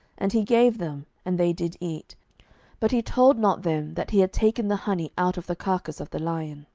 and he gave them, and they did eat but he told not them that he had taken the honey out of the carcase of the lion